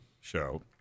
show